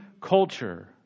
culture